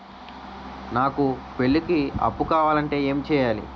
నాకు పెళ్లికి అప్పు కావాలంటే ఏం చేయాలి?